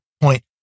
point